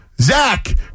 Zach